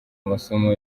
amasomo